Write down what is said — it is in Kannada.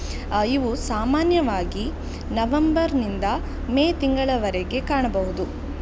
ಇವು ಸಾಮಾನ್ಯವಾಗಿ ನವಂಬರ್ನಿಂದ ಮೇ ತಿಂಗಳವರೆಗೆ ಕಾಣಬಹುದು